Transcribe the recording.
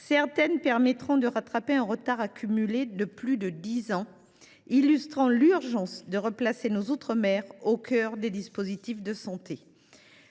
certaines permettront de rattraper un retard accumulé depuis plus de dix ans. Ce constat illustre l’urgence de replacer nos outre mer au cœur des dispositifs de santé.